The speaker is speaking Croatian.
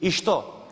I što?